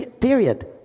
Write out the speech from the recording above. period